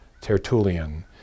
Tertullian